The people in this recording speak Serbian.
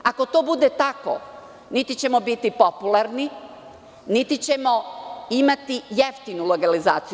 Ako to bude tako, niti ćemo biti popularni, niti ćemo imati jeftinu legalizaciju.